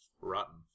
Rotten